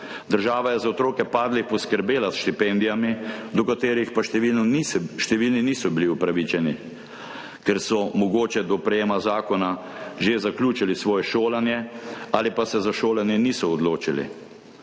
Država je za otroke padlih poskrbela s štipendijami, do katerih pa številni niso bili upravičeni, ker so mogoče do sprejetja zakona že zaključili svoje šolanje ali pa se za šolanje niso odločili.